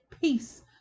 peace